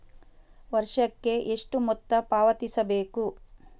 ವರ್ಷಕ್ಕೆ ಎಷ್ಟು ಮೊತ್ತ ಪಾವತಿಸಬೇಕು?